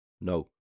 No